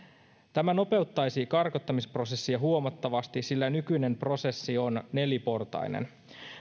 tämä nopeuttaisi karkottamisprosessia huomattavasti sillä nykyinen prosessi on neliportainen